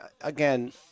again